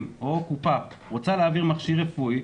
או קופה רוצה להעביר מכשיר רפואי,